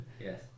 yes